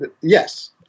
yes